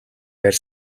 байр